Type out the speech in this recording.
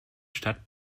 stadt